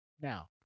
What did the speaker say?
Now